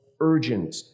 urgent